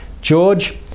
George